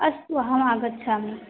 अस्तु अहमागच्छामि